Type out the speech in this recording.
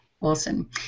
Awesome